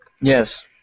Yes